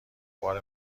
بار